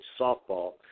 softball